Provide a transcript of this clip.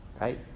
Right